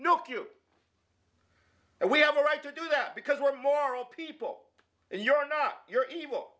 q and we have a right to do that because we're moral people and you're not you're evil